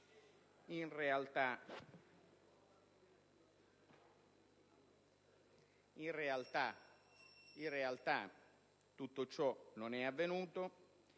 In realtà, tutto ciò non è avvenuto